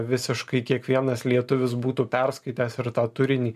visiškai kiekvienas lietuvis būtų perskaitęs ir tą turinį